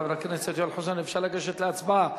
חבר הכנסת יואל חסון, אפשר לגשת להצבעה?